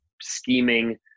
scheming